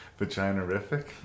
Vaginarific